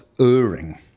erring